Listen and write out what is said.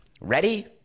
Ready